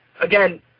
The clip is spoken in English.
Again